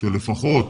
של לפחות,